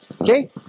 Okay